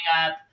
up